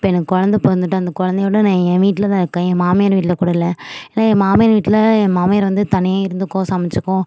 இப்போ எனக்கு குலந்த பிறந்துட்டு அந்த குலந்தையோட நான் ஏன் வீட்ல தான் இருக்கேன் ஏன் மாமியார் வீட்டில கூட இல்லை ஏன்னா ஏன் மாமியார் வீட்டில ஏன் மாமியார் வந்து தனியாக இருந்துக்கோ சமைச்சுக்கோ